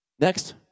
Next